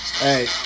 Hey